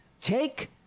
Take